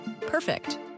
Perfect